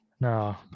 no